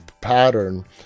pattern